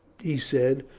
he said,